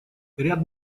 ряд